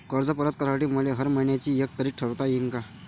कर्ज परत करासाठी मले हर मइन्याची एक तारीख ठरुता येईन का?